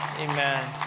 amen